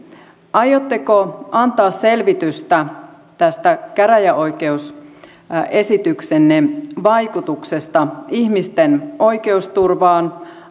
aiotteko antaa selvitystä tämän käräjäoikeusesityksenne vaikutuksesta ihmisten oikeusturvaan